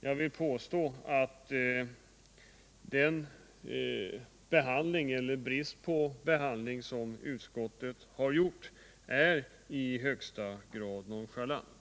Jag vill påstå att utskottets behandling eller brist på behandling i detta fall i högsta grad är ett uttryck för nonchalans.